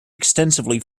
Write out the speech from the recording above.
extensively